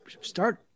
start